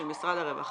של משרד הרווחה,